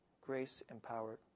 grace-empowered